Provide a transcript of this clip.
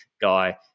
guy